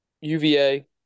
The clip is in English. UVA